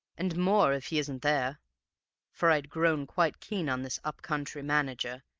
and more if he isn't there for i'd grown quite keen on this up-country manager,